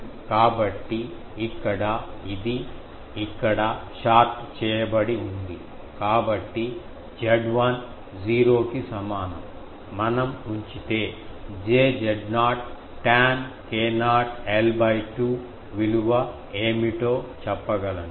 కాబట్టి ఇక్కడ ఇది ఇక్కడ షార్ట్ చేయబడి ఉంది కాబట్టి Zl 0 కి సమానం మనం ఉంచితే j Z0 tan k0 l 2 విలువ ఏమిటో చెప్పగలను